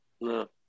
No